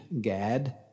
Gad